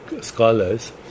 scholars